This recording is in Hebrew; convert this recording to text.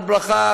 הר ברכה